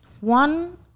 One